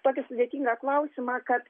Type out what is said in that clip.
tokį sudėtingą klausimą kad